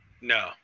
No